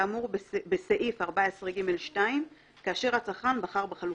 וינשטוק-טירי הקריאה.